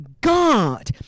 God